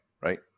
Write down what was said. right